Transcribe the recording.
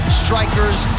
strikers